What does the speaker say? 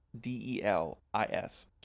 D-E-L-I-S